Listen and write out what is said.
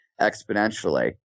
exponentially